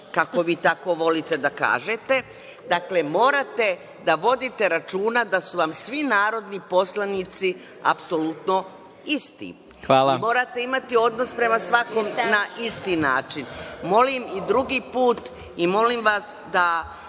kako vi tako volite da kažete, dakle, morate da vodite računa da su vam svi narodni poslanici apsolutno isti i morate imati odnos prema svakom na isti način. Molim i drugi put i molim vas da